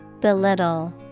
Belittle